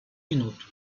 minuto